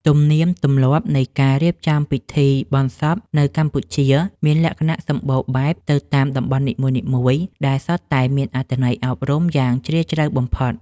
ទំនៀមទម្លាប់នៃការរៀបចំពិធីបុណ្យសពនៅកម្ពុជាមានលក្ខណៈសម្បូរបែបទៅតាមតំបន់នីមួយៗដែលសុទ្ធតែមានអត្ថន័យអប់រំចិត្តយ៉ាងជ្រាលជ្រៅបំផុត។